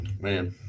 Man